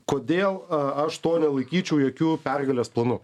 kodėl aš to nelaikyčiau jokiu pergalės planu